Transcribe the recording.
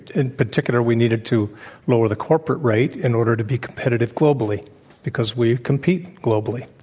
in particular, we need it to lower the corporate rate in order to be competitive globally because we compete globally.